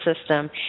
system